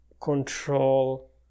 control